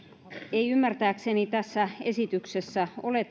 ei ymmärtääkseni tässä esityksessä ole